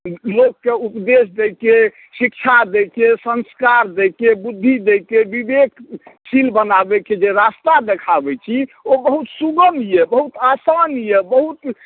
लोकके उपदेश दै छियै शिक्षा दै छियै संस्कार दै छियै बुद्धि दै छियै बिबेक शील बनाबैत छियै जे रास्ता देखाबैत छी ओ बहुत सुगम यऽ बहुत आसान यऽ बहुत